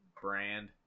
brand